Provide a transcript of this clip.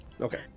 okay